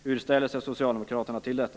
Hur ställer sig socialdemokraterna till detta?